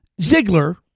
Ziegler